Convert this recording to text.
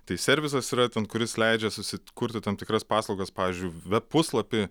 tai servisas yra ten kuris leidžia susikurti tam tikras paslaugas pavyzdžiui web puslapį